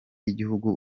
y’igihugu